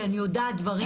כי אני יודעת דברים.